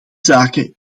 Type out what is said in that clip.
zaken